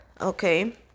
okay